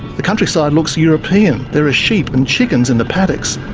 the countryside looks european. there are sheep and chickens in the paddocks.